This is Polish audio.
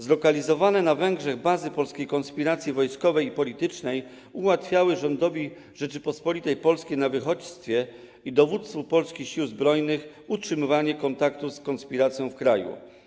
Zlokalizowane na Węgrzech bazy polskiej konspiracji wojskowej i politycznej ułatwiały rządowi Rzeczypospolitej Polskiej na wychodźstwie i dowództwu Polskich Sił Zbrojnych utrzymywanie kontaktów z konspiracją w kraju.